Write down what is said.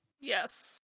Yes